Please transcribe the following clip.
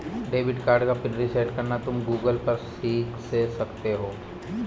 debit card का PIN reset करना तुम गूगल पर से सीख सकते हो